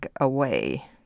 away